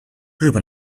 日本